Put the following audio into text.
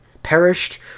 perished